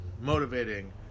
motivating